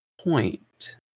point